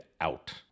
out